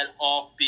offbeat